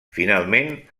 finalment